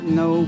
no